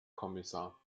kommissar